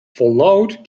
fallout